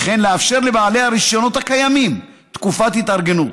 וכן לאפשר לבעלי הרישיונות הקיימים תקופת התארגנות.